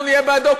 אנחנו נהיה בעדו.